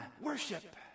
worship